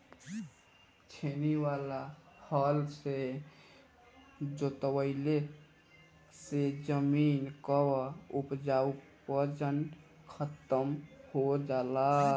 छेनी वाला हल से जोतवईले से जमीन कअ उपजाऊपन खतम हो जाला